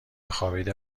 خوابیده